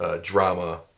drama